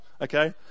okay